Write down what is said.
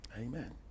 Amen